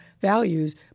values